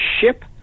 ship